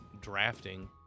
drafting